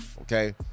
okay